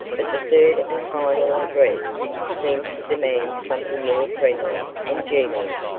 but the third and final address seemed to demand something more friendly and genial.